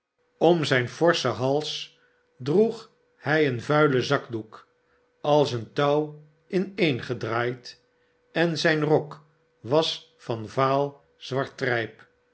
om zijn forschen hals droeg hij een vuilen zakdoek als een touw ineengedraaid en zijn rok was van vaal zwart trijp